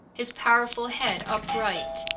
his powerful head upright,